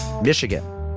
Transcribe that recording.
Michigan